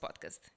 podcast